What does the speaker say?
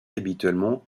habituellement